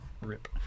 rip